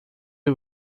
wir